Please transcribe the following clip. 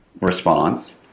response